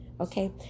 Okay